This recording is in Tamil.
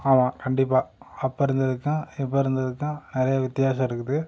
ஆமாம் கண்டிப்பாக அப்போ இருந்ததுக்கும் இப்போ இருந்ததுக்கும் நிறைய வித்தியாசம் இருக்குது